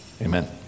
Amen